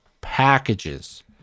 packages